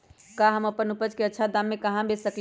हम अपन उपज अच्छा दाम पर कहाँ बेच सकीले ह?